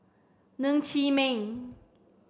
Ng Chee Meng